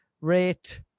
rate